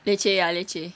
leceh ah leceh